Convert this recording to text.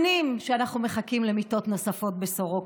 שנים שאנחנו מחכים למיטות נוספות בסורוקה,